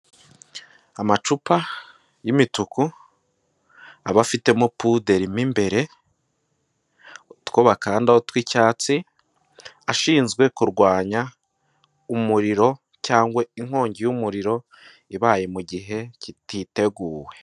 Amacupa y'imituku akaba afitemo puderi mo imbere, utwo bakandaho tw'icyatsi, ashinzwe kurwanya umuriro cyangwa inkongi y'umuriro ibaye mu gihe kititeguwe.